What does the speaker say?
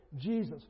Jesus